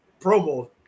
promo